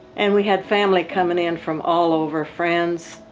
and we had family coming in from all over, friends.